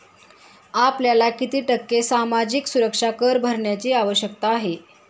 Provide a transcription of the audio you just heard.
आपल्याला किती टक्के सामाजिक सुरक्षा कर भरण्याची आवश्यकता आहे?